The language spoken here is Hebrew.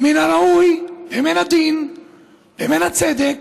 מן הראוי, מן הדין ומן הצדק